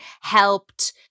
helped